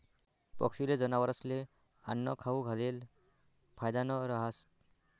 पक्षीस्ले, जनावरस्ले आन्नं खाऊ घालेल फायदानं रहास